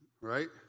right